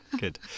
good